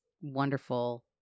wonderful